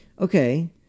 okay